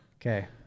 Okay